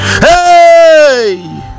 hey